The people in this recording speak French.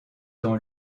dans